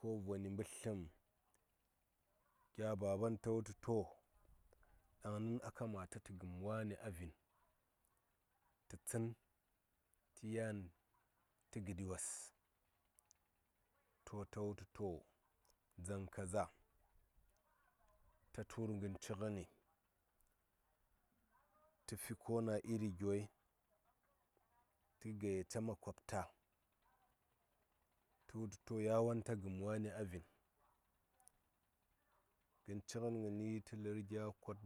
Ko voni mbətləm gya baban ta wu tu to ɗaŋnin a kamata tə gəm wani a vin tə tsən tə yan tə gəɗi wos to ta wutu to dzaŋ kaza ta tur ngən ci ngəni tə fi ko na iri gyoi tə gayyata makwabta tə wutu to yawon ta gəm wani a vin ngən ci ngən ngəndi tə lər gya kod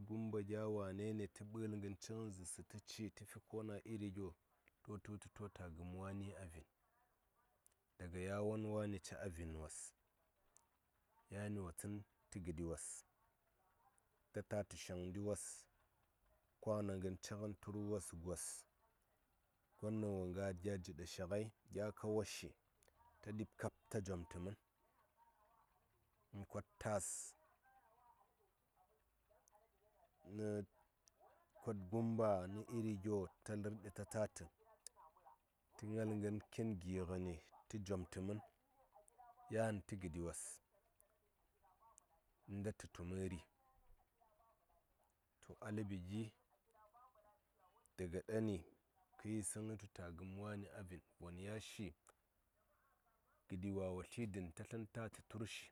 gya wanene tə mɓəl ngən ci ngən zarsə tə ci tə fi ko na iri gyo tu wutu to ta gəm wani a vin daga yawon wani caa vin wos yani wo tsən tə gədi wos ta tatə shaŋdi wos kwana ngən ci gən tur wos tə gos gon ɗaŋ wo ngaa gya jiɗa shi ngai gya kawa shi ta ɗi kab ta jom tə mən nə kod tas nə kod gumba nə iri gyo ta lərɗi ta tatə tə ngal ngən kin gi ngəni tə jomtə mən yan tə gədi wos inta tə tu məri to a ləɓi gi daga ɗani tə yi sə ngəi tu ta gəm wani a vin von ya shi gəɗi wa wo tli dən ta sə tatə turshi.